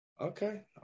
Okay